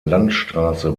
landstraße